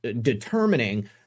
determining